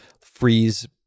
freeze